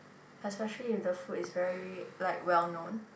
especially if the food is very like well known